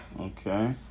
Okay